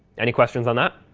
any questions on that?